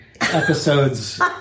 episodes